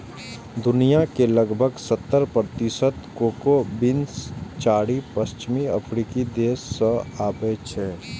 दुनिया के लगभग सत्तर प्रतिशत कोको बीन्स चारि पश्चिमी अफ्रीकी देश सं आबै छै